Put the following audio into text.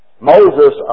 Moses